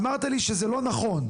אמרת לי שזה לא נכון.